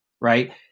right